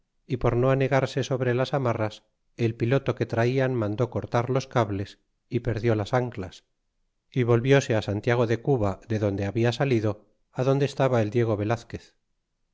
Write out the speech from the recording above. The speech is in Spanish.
y por no anegarse sobre las amarras el piloto que traian mandó cortar los cables é perdió las anclas volvióse santiago de cuba de donde había salido adonde estaba el diego velazquez